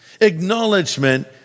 acknowledgement